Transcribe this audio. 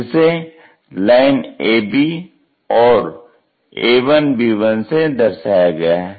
जिसे line ab या a1b1 से दर्शाया गया है